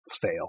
fail